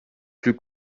plus